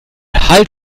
halt